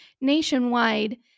nationwide